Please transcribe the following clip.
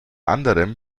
anderem